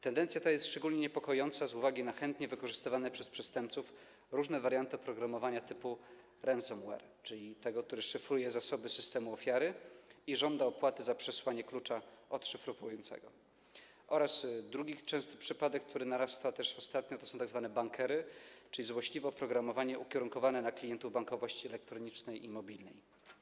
Tendencja ta jest szczególnie niepokojąca z uwagi na chętnie wykorzystywane przez przestępców różne warianty oprogramowania typu ransomware, czyli tego, które szyfruje zasoby systemu ofiary i żąda opłaty za przysłanie klucza odszyfrowującego, oraz - drugie częste zjawisko, który nasila się też ostatnio - tzw. bankery, czyli złośliwe oprogramowanie ukierunkowane na klientów bankowości elektronicznej i mobilnej.